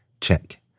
Check